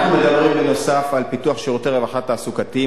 אנחנו מדברים בנוסף על פיתוח שירותי רווחה תעסוקתיים